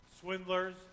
Swindlers